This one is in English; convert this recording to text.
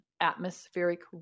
atmospheric